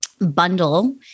bundle